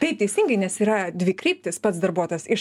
taip teisingai nes yra dvikryptis pats darbuotojas iš